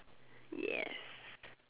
yes